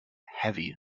heavy